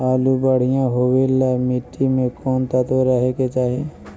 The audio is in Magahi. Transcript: आलु बढ़िया होबे ल मट्टी में कोन तत्त्व रहे के चाही?